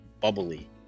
bubbly